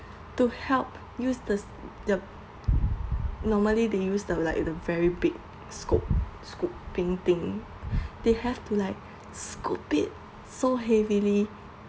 to help use the the normally they use the like you know very big scoop scooping thing they have to like scoop it so heavily